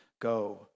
go